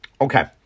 Okay